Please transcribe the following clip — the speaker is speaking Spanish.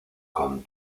con